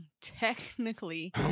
Technically